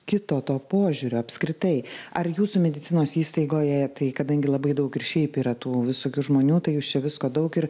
kito to požiūrio apskritai ar jūsų medicinos įstaigoje tai kadangi labai daug ir šiaip yra tų visokių žmonių tai jūs čia visko daug ir